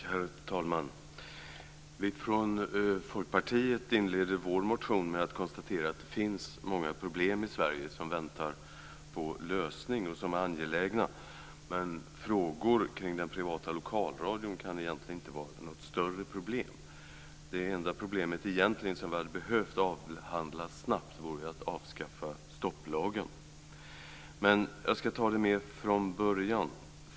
Herr talman! Vi från Folkpartiet inledde vår motion med att konstatera att det finns många problem i Sverige som väntar på en lösning och som är angelägna. Men frågor kring den privata lokalradion kan egentligen inte vara något större problem. Det enda problem som vi egentligen hade behövt avhandla snabbt vore att avskaffa stopplagen. Men jag ska ta det från början.